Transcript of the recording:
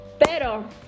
Pero